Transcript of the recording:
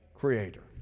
creator